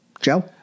Joe